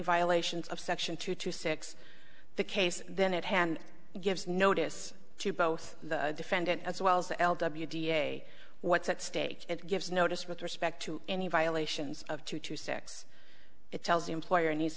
violations of section two to six the case then it hand gives notice to both the defendant as well as the l w da what's at stake it gives noticed with respect to any violations of two to six it tells the employer needs